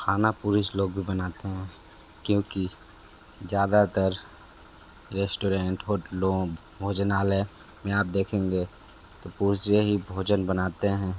खाना पुरुष लोग भी बनाते हैं क्योंकि ज़्यादातर रेस्टोरेंट होटलों भोजनालय में आप देखेंगे तो पुरुष ही भोजन बनाते हैं